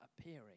appearing